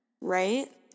Right